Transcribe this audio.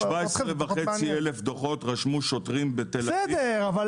17,500 דוחות רשמו שוטרים בתל-אביב